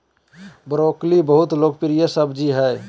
broccoli बहुत लोकप्रिय सब्जी हइ